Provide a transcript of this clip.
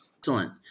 Excellent